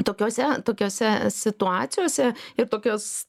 tokiuose tokiose situacijose ir tokios